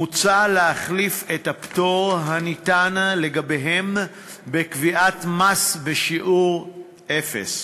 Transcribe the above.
מוצע להחליף את הפטור הניתן לגביהם בקביעת מס בשיעור אפס,